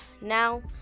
now